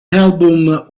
album